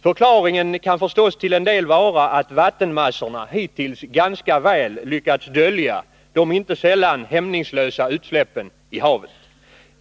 Förklaringen kan förstås till en del vara att vattenmassorna hittills ganska väl lyckats dölja de inte sällan hämningslösa utsläppen i havet.